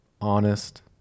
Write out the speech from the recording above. honest